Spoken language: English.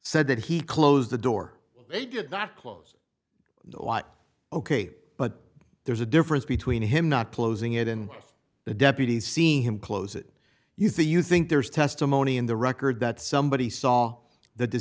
said that he closed the door but they did not close what ok but there's a difference between him not closing it in the deputies seeing him close it you say you think there's testimony in the record that somebody saw th